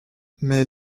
mais